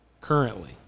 currently